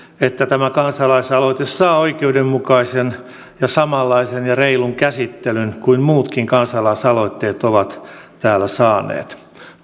että tämä kansalaisaloite saa oikeudenmukaisen ja samanlaisen ja reilun käsittelyn kuin muutkin kansalaisaloitteet ovat täällä saaneet